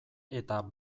eta